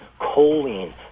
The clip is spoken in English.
Choline